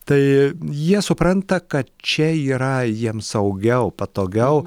tai jie supranta kad čia yra jiems saugiau patogiau